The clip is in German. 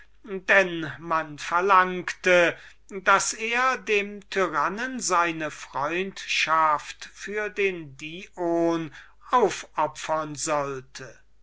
denn er verlangte daß er ihm seine freundschaft für den dion aufopfern sollte